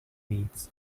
meats